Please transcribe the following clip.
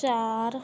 ਚਾਰ